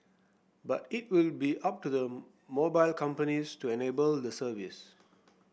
but it will be up to the mobile companies to enable the service